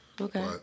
Okay